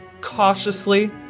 cautiously